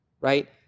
Right